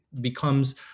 becomes